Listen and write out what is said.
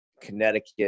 Connecticut